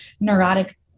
neurotic